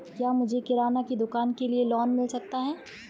क्या मुझे किराना की दुकान के लिए लोंन मिल सकता है?